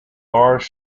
large